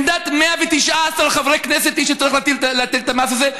עמדת 119 חברי כנסת היא שצריך להטיל את המס הזה,